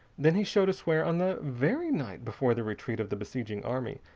then he showed us where, on the very night before the retreat of the besieging army,